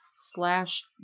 Slash